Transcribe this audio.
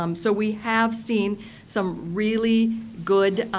um so, we have seen some really good